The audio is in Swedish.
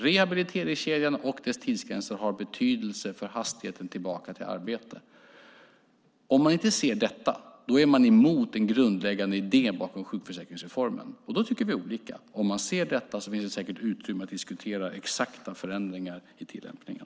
Rehabiliteringskedjan och dess tidsgränser har betydelse för hastigheten tillbaka till arbete. Om man inte ser detta är man emot den grundläggande idén bakom sjukförsäkringsreformen, och då tycker vi olika. Om man ser detta finns det säkert utrymme att diskutera exakta förändringar i tillämpningen.